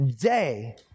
day